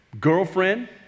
girlfriend